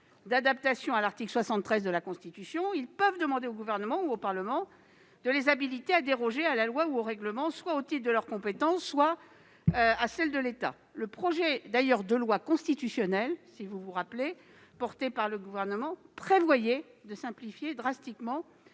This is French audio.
d'adaptation, prévu à l'article 73 de la Constitution. Ils peuvent demander au Gouvernement ou au Parlement de les habiliter à déroger à la loi ou au règlement au titre soit de leurs compétences, soit de celles de l'État. À cet égard, le projet de loi constitutionnelle porté par le Gouvernement prévoyait de simplifier drastiquement